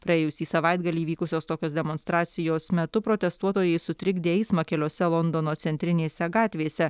praėjusį savaitgalį vykusios tokios demonstracijos metu protestuotojai sutrikdė eismą keliose londono centrinėse gatvėse